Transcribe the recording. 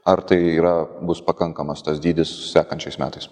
ar tai yra bus pakankamas tas dydis sekančiais metais